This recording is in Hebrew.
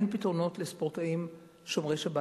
אין פתרונות לספורטאים שומרי שבת.